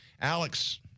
Alex